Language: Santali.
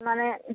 ᱢᱟᱱᱮ